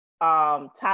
Top